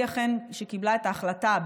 היא אכן קיבלה את ההחלטה,